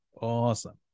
Awesome